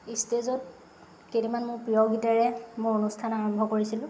ষ্টেজত কেইটামান মোৰ প্ৰিয় গীতেৰে মোৰ অনুষ্ঠান আৰম্ভ কৰিছিলোঁ